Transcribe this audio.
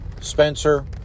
Spencer